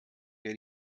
der